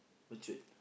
matured